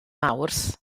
mawrth